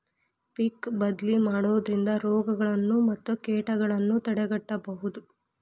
ಪಿಕ್ ಬದ್ಲಿ ಮಾಡುದ್ರಿಂದ ರೋಗಗಳನ್ನಾ ಮತ್ತ ಕೇಟಗಳನ್ನಾ ತಡೆಗಟ್ಟಬಹುದು